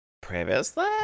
previously